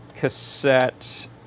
cassette